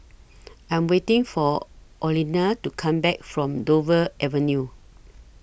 I Am waiting For Orlena to Come Back from Dover Avenue